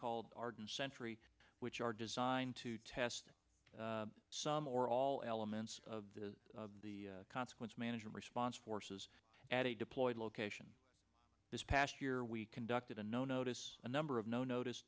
called arden century which are designed to test some or all elements of the of the consequence management response forces at a deployed location this past year we conducted a no notice a number of no notice